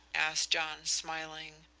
asked john, smiling.